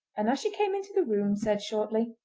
and as she came into the room said shortly